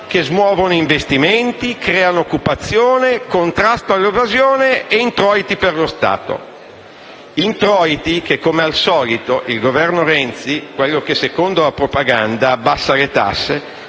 che smuovono investimenti, creano occupazione, contrastano l'evasione e creano introiti per lo Stato. Introiti, che, come al solito, il Governo Renzi - quello che secondo la propaganda abbassa le tasse